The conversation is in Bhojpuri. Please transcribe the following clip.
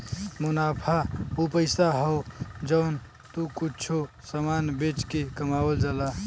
मुनाफा उ पइसा हौ जौन तू कुच्छों समान बेच के कमावल जाला